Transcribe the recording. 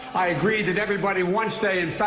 i agree that everybody once they